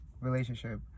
relationship